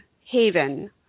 haven